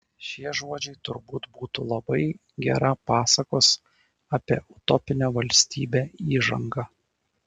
šie žodžiai turbūt būtų labai gera pasakos apie utopinę valstybę įžanga